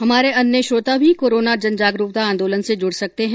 हमारे अन्य श्रोता भी कोरोना जनजागरूकता आंदोलन से जुड़ सकते हैं